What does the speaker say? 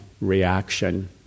reaction